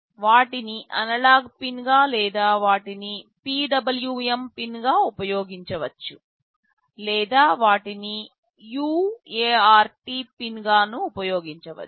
వాటిని అనలాగ్ పిన్గా లేదా వాటిని PWM పిన్గా ఉపయోగించవచ్చు లేదా వాటిని UART పిన్గా ఉపయోగించవచ్చు